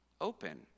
open